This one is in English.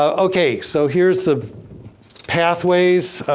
um okay, so here's the pathways,